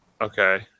Okay